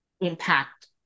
impact